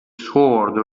sword